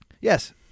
Yes